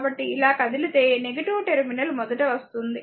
కాబట్టి ఇలా కదిలితే టెర్మినల్ మొదట వస్తుంది